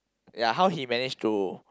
ya how he managed to